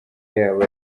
yabo